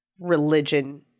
religion